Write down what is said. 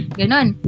ganon